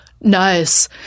nice